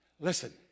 listen